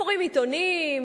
קוראים עיתונים,